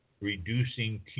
reducing